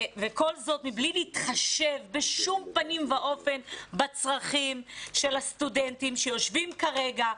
וכל זאת מבלי להתחשב בשום פנים ואופן בצרכים של הסטודנטים שיושבים כרגע,